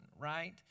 right